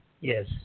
Yes